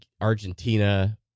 Argentina